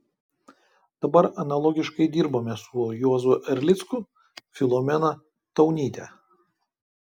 dabar analogiškai dirbame su juozu erlicku filomena taunyte